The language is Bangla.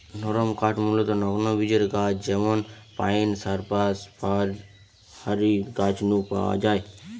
নরমকাঠ মূলতঃ নগ্নবীজের গাছ যেমন পাইন, সাইপ্রাস, ফার হারি গাছ নু পাওয়া যায়